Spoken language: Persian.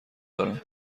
دارم